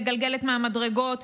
מגלגלת מהמדרגות,